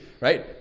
right